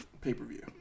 pay-per-view